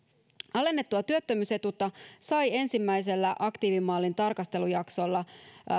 alennettua työttömyysetuutta sai ensimmäisellä aktiivimallin tarkastelujaksolla